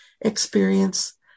experience